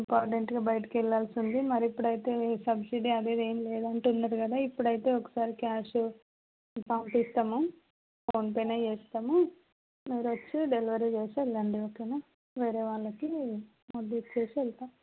ఇంపార్టెంట్గా బయటికెళ్ళాల్సి ఉంది మరి ఇప్పుడైతే సబ్సిడీ అదేం ఏం లేదంటున్నారు కదా ఇప్పుడైతే ఒకసారి క్యాషు పంపిస్తాము ఫోన్ పేనే చేస్తాము మీరొచ్చి డెలివరీ చేసి వెళ్ళండి ఓకేనా వేరే వాళ్ళకి మొద్దు ఇచ్చేసి వెళ్తాం